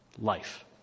Life